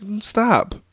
stop